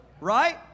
Right